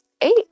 eight